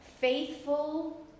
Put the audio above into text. faithful